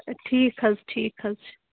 اچھا ٹھیٖک حظ چھُ ٹھیٖک حظ چھُ